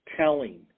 telling